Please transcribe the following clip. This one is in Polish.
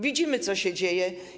Widzimy, co się dzieje.